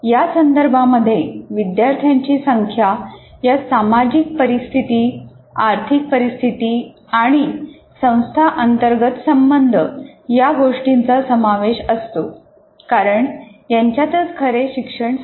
या संदर्भामध्ये विद्यार्थ्यांची संख्या या सामाजिक परिस्थिती आर्थिक परिस्थिती आणि संस्था अंतर्गत संबंध या गोष्टींचा समावेश असतो कारण यांच्यातच खरे शिक्षण साकार होते